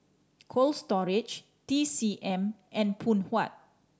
Cold Storage T C M and Phoon Huat